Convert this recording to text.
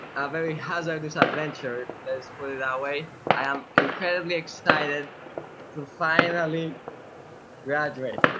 ah very hazardous ah adventure, let's put it that way, i am incredibly excited to finally graduate.